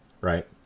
right